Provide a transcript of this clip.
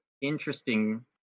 interesting